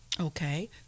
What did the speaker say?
Okay